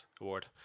award